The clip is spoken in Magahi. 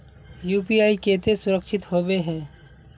यु.पी.आई केते सुरक्षित होबे है?